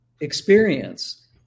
experience